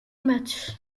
match